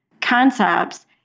concepts